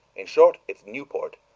in short, it's newport.